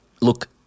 look